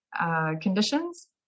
conditions